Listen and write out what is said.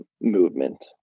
movement